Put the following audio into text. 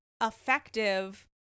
effective